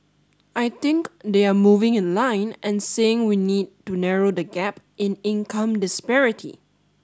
I think they are moving in line and saying we need to narrow the gap in income disparity